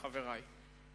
חברי?